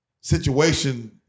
situation